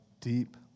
deep